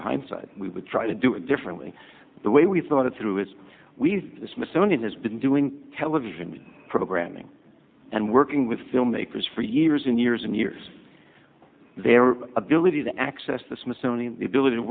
light hindsight we would try to do it differently the way we thought it through is we the smithsonian has been doing television programming and working with filmmakers for years and years and years their ability to access the smithsonian the ability to